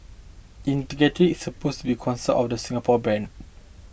integrity supposed to be cornerstone of the Singapore brand